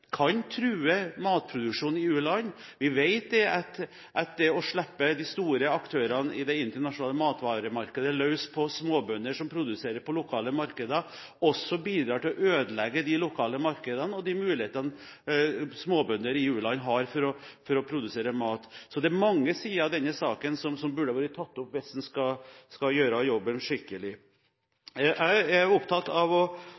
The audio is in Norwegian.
kan true matproduksjonen i u-land. Vi vet at det å slippe de store aktørene i det internasjonale matvaremarkedet løs på småbønder som produserer på lokale markeder, også bidrar til å ødelegge de lokale markedene og de mulighetene småbønder i u-land har for å produsere mat. Så det er mange sider av denne saken som burde ha vært tatt opp hvis en skal gjøre jobben skikkelig. Når det gjelder denne balanserte tilnærmingen, er jeg opptatt av at vi skal ivareta u-landenes behov for å